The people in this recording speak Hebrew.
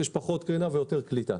יש פחות קרינה ויותר קליטה.